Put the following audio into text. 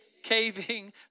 Caving